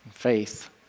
faith